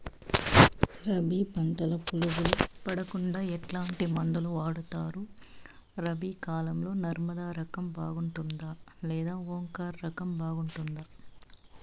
రబి పంటల పులుగులు పడకుండా ఎట్లాంటి మందులు వాడుతారు? రబీ కాలం లో నర్మదా రకం బాగుంటుందా లేదా ఓంకార్ రకం బాగుంటుందా?